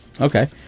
Okay